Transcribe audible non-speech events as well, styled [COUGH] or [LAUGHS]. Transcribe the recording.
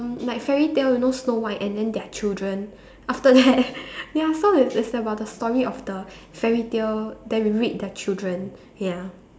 mm like fairy tale you know Snow White and then they're children after that [LAUGHS] ya so it's it's about the story of the fairy tale then we read the children ya